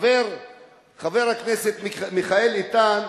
חבר הכנסת מיכאל איתן,